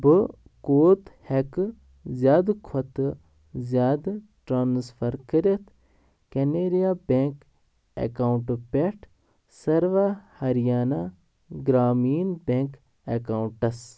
بہٕ کوٗت ہٮ۪کہٕ زیادٕ کھۄتہٕ زیادٕ ٹرٛانَسفَر کٔرِتھ کیٚنیٖرِیا بٮ۪نٛک اٮ۪کاوُنٛٹ پٮ۪ٹھ سٔروا ہَریانہ گرٛامیٖن بٮ۪نٛک اٮ۪کاوُنٹَس